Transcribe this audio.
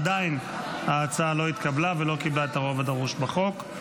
עדיין ההצעה לא התקבלה ולא קיבלה את הרוב הדרוש בחוק.